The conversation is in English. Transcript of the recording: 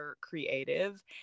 creative